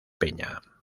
peña